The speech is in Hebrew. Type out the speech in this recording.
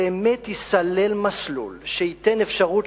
באמת ייסלל מסלול שייתן אפשרות,